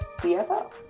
CFO